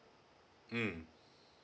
mm